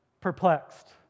perplexed